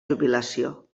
jubilació